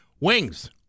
Wings